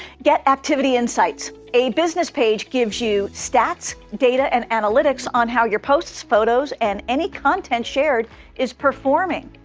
get activity insights! a business page gives you stats, data, and analytics on how your posts, photos and any content shared is performing.